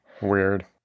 Weird